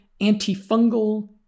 antifungal